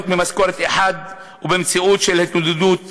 ממשכורת אחת ובמציאות של התמודדות יומיומית.